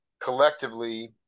collectively